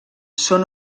són